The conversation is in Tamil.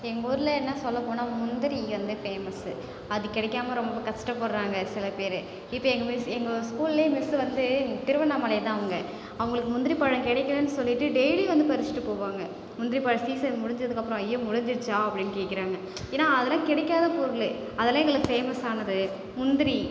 எங்கள் ஊரில் என்ன சொல்லப்போனால் முந்திரி வந்து ஃபேமஸ் அது கிடைக்கம ரொம்ப கஷ்டப்பட்றாங்க சில பேர் இப்போ எங்கள் மிஸ் எங்கள் ஸ்கூலில் மிஸ் வந்து திருவண்ணாமலை தான் அவங்க அவங்களுக்கு முந்திரிப்பழம் கிடைக்கலைன் சொல்லிட்டு டெய்லி வந்து பறிச்சிட்டு போவாங்க முந்திரிப்பழ சீசன் முடிஞ்சதுக்கு அப்புறம் ஐயோ முடிஞ்சிடுச்சா அப்படின்னு கேட்குறாங்க ஏன்னால் அதலாம் கிடைக்காத பொருள் அதெல்லாம் எங்களுக்கு ஃபேமஸ்ஸானது முந்திரி